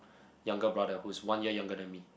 younger brother who's one year younger than me